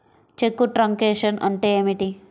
చెక్కు truncation అంటే ఏమిటి?